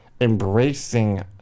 Embracing